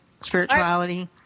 Spirituality